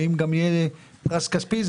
ואם יהיה פרס כספי,